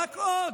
רק עוד.